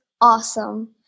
awesome